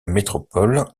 métropole